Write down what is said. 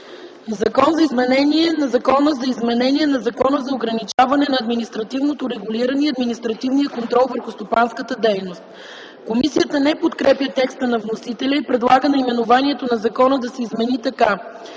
Закона за изменение на Закона за ограничаване на административното регулиране и административния контрол върху стопанската дейност”. Комисията не подкрепя текста на вносителя и предлага наименованието на закона да се измени така: